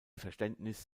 verständnis